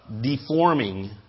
deforming